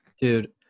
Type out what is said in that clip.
dude